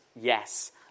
yes